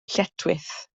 lletchwith